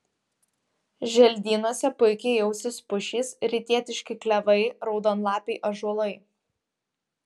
želdynuose puikiai jausis pušys rytietiški klevai raudonlapiai ąžuolai